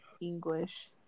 English